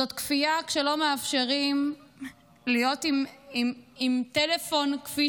זאת כפייה שלא מאפשרים להיות עם טלפון כפי